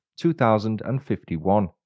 2051